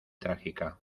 trágica